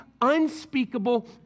unspeakable